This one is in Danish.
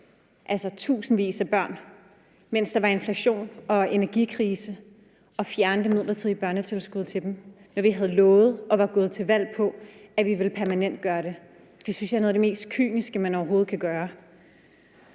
tusindvis af børn i fattigdom, mens der var inflation og energikrise, og fjernet det midlertidige børnetilskud til dem, når vi havde lovet og var gået til valg på, at vi ville permanentgøre det. Det synes jeg er noget af det mest kyniske, man overhovedet kan gøre.